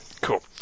cool